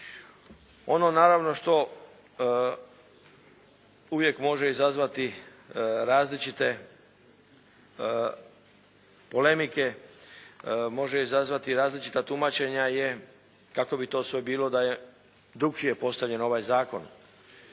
Ono naravno što uvijek može izazvati različite polemike, može izazvati različita tumačenja je kako bi to sve bilo da je drukčije postavljen ovaj zakon.